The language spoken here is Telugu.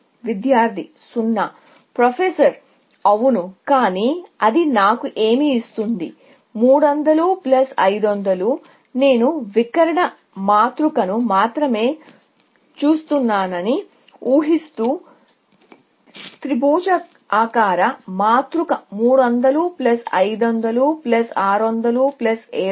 విద్యార్థి ప్రొఫెసర్ అవును కానీ అది నాకు ఏమి ఇస్తుంది 300 500 నేను వికర్ణ మాతృకను మాత్రమే చూస్తానని ఉహిస్తూ త్రిభుజాకార మాతృక 300 500 600 700